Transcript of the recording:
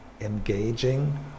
engaging